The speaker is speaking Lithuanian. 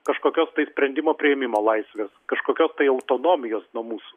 kažkokios tai sprendimo priėmimo laisvės kažkokios tai autonomijos nuo mūsų